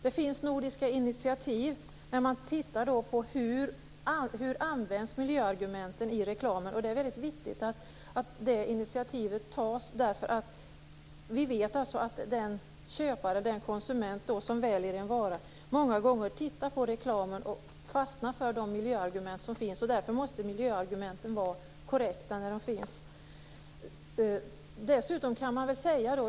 Det finns nordiska initiativ. Man tittar närmare på hur miljöargumenten används i reklamen. Det är viktigt att sådana initiativ tas. När köparen/konsumenten väljer en vara tittar vederbörande många gånger på reklamen och fastnar för de miljöargument som finns. När det finns med miljöargument måste dessa därför vara korrekta.